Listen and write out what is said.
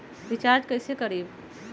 Recharge कैसे करीब?